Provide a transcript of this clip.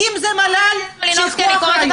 אנחנו יודעים שאם הרשות לא מקבלת את